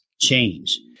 change